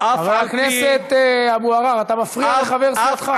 חבר הכנסת אבו עראר, אתה מפריע לחבר סיעתך.